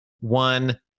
one